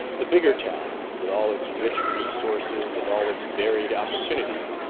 the bigger town, with all its rich resources and all its varied opportunities,